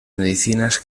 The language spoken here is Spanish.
medicinas